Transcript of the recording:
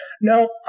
No